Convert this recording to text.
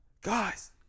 guys